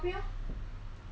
oh wait